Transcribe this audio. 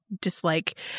dislike